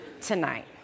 tonight